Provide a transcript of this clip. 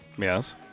Yes